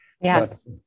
Yes